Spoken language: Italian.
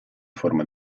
forma